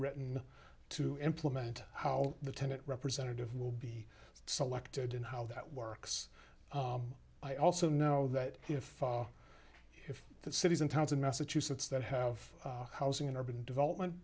written to implement how the tenet representative will be selected and how that works i also know that if if cities and towns in massachusetts that heard of housing and urban development